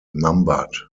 numbered